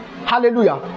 Hallelujah